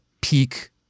peak